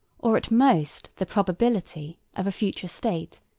or, at most, the probability, of a future state,